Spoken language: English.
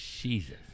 Jesus